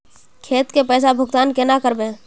खेत के पैसा भुगतान केना करबे?